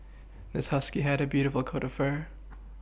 this husky had a beautiful coat of fur